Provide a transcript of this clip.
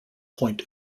point